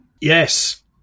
Yes